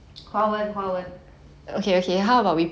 华文华文